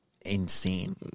insane